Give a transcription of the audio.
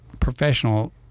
professional